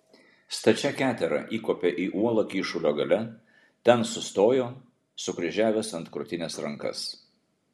stačia ketera įkopė į uolą kyšulio gale ten sustojo sukryžiavęs ant krūtinės rankas